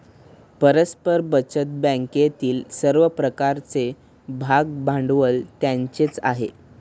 परस्पर बचत बँकेतील सर्व प्रकारचे भागभांडवल त्यांचेच आहे